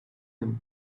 him